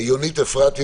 יונית אפרתי,